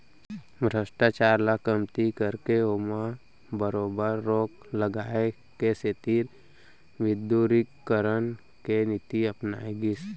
भस्टाचार ल कमती करके ओमा बरोबर रोक लगाए के सेती विमुदरीकरन के नीति अपनाए गिस